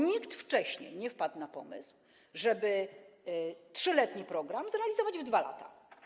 Nikt wcześniej nie wpadł na pomysł, żeby 3-letni program zrealizować w 2 lata.